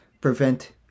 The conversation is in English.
prevent